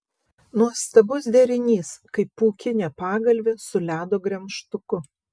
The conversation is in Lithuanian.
nuostabus derinys kaip pūkinė pagalvė su ledo gremžtuku